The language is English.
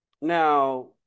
now